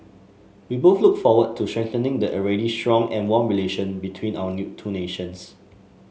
we both look forward to strengthening the already strong and warm relation between our new two nations